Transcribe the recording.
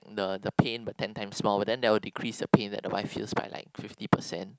the the pain ten times more but then that will decrease the pain that the wife feels by like fifty percent